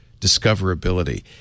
discoverability